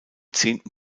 zehnten